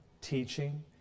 teaching